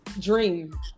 dream